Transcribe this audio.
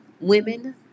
women